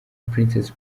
princess